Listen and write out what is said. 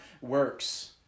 works